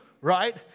right